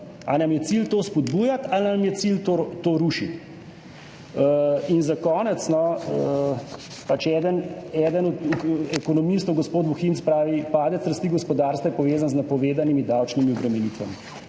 ali nam je cilj to spodbujati ali nam je cilj to rušiti? In za konec, no, pač eden od ekonomistov, gospod Bohinc, pravi, padec rasti gospodarstva je povezan z napovedanimi davčnimi obremenitvami.